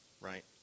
right